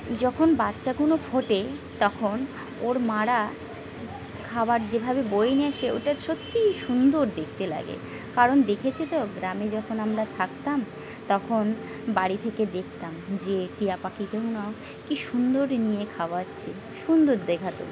যখন বাচ্চা কোনো ফোটে তখন ওর মা রা খাবার যেভাবে বয়ে নিয়ে আসে ওটা সত্যিই সুন্দর দেখতে লাগে কারণ দেখেছি তো গ্রামে যখন আমরা থাকতাম তখন বাড়ি থেকে দেখতাম যে টিয়া পাখি না কী সুন্দর নিয়ে খাওয়াচ্ছে সুন্দর দেখাতো